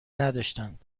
نداشتند